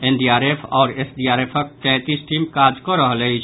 NDRF आओर एसडीआरएफक तैंतीस टीम काज कऽ रहल अछि